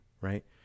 Right